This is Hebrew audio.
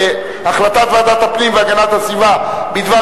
שהחלטת ועדת הפנים והגנת הסביבה בדבר